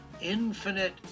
infinite